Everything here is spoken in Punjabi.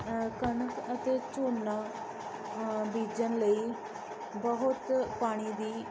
ਕਣਕ ਅਤੇ ਝੋਨਾ ਬੀਜਣ ਲਈ ਬਹੁਤ ਪਾਣੀ ਦੀ